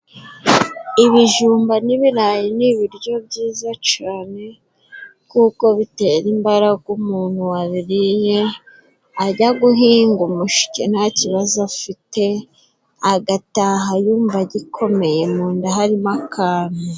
Ibijumba n'ibirayi ni ibiryo byiza cane, kuko bitera imbaraga umuntu wabiriye, ajya guhinga umushike nta kibazo afite, agataha yumva agikomeye mu nda harimo akantu.